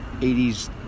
80's